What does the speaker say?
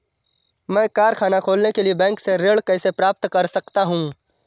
मैं कारखाना खोलने के लिए बैंक से ऋण कैसे प्राप्त कर सकता हूँ?